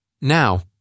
Now